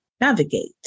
Navigate